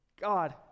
god